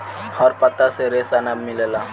हर पत्ता से रेशा ना मिलेला